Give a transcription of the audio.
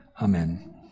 Amen